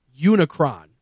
Unicron